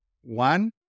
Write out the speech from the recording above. one